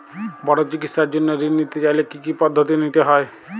বড় চিকিৎসার জন্য ঋণ নিতে চাইলে কী কী পদ্ধতি নিতে হয়?